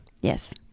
Yes